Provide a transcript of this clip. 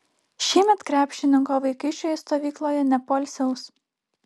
šiemet krepšininko vaikai šioje stovykloje nepoilsiaus